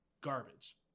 Garbage